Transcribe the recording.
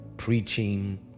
preaching